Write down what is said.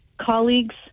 colleagues